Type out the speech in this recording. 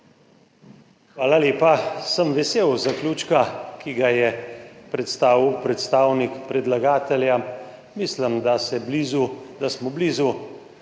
Hvala lepa. Vesel sem zaključka, ki ga je predstavil predstavnik predlagatelja. Mislim, da smo blizu,